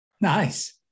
Nice